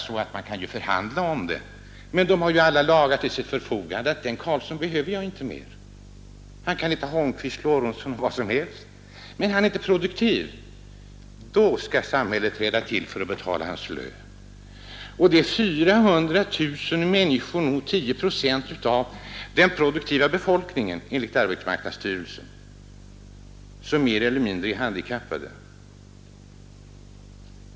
Visserligen kan man förhandla om detta, men företagarna har alla lagar på sin sida. Den Karlsson — han kan heta Holmqvist, Lorentzon eller vad som helst — är inte produktiv, och honom behöver jag inte mer! Då skall samhället träda till och betala hans lön. 400 000 människor, eller 10 procent av den produktiva befolk ningen, är enligt arbetsmarknadsstyrelsen mer eller mindre handikappade.